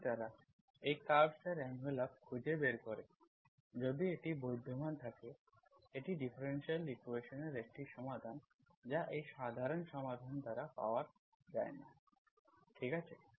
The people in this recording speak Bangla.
যদি তারা এই কার্ভস এর এনভেলাপ খুঁজে বের করে যদি এটি বিদ্যমান থাকে এটি ডিফারেনশিয়াল ইকুয়েশন্ এর একটি সমাধান যা এই সাধারণ সমাধান দ্বারা পাওয়া যায় না ঠিক আছে